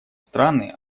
страны